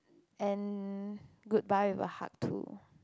and goodbye with a hug too